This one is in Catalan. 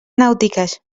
nàutiques